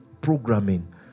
programming